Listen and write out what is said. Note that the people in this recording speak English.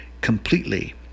completely